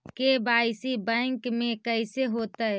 KYC bank में कैसे होतै?